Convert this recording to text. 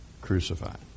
crucified